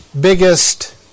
biggest